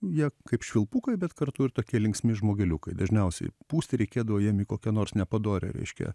jie kaip švilpukai bet kartu ir tokie linksmi žmogeliukai dažniausiai pūsti reikėdavo jiem į kokią nors nepadorią reiškia